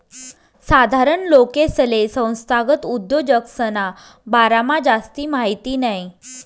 साधारण लोकेसले संस्थागत उद्योजकसना बारामा जास्ती माहिती नयी